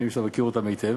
סעיף שאתה מכיר היטב,